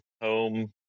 Home